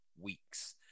weeks